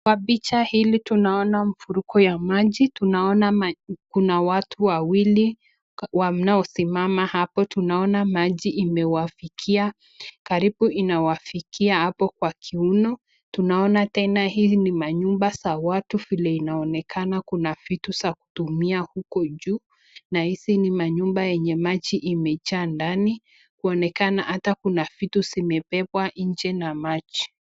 Kwa picha hili tunaona mfuriko ya maji, tunaona kuna watu wawili wanaosimama hapo, tunaona maji imewafikia. Karibu inawafikia hapo kwa kiuno, tunaona tena hii ni manyumba za watu vile inaonekana kuna vitu za kutumia huko juu. Na hizi ni manyumba enye maji imejaa ndani, kuonekana ata kuna vitu zimebebwa nche na maji.